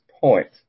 point